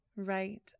right